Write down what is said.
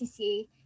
CCA